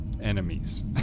Enemies